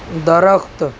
درخت